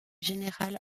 générale